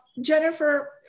Jennifer